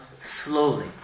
slowly